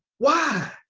why?